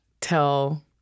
tell